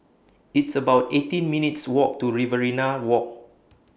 It's about eighteen minutes' Walk to Riverina Walk